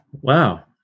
Wow